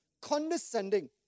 condescending